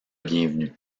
bienvenu